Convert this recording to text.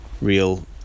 Real